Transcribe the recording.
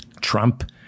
Trump